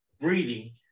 breeding